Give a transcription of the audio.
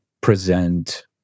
present